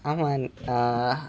ஆமா:aama ah